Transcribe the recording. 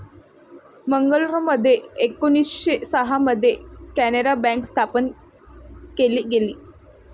मंगलोरमध्ये एकोणीसशे सहा मध्ये कॅनारा बँक स्थापन केली गेली